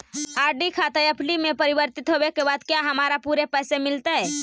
RD खाता FD में परिवर्तित होवे के बाद क्या हमारा पूरे पैसे मिलतई